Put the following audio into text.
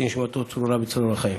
תהי נשמתו צרורה בצרור החיים.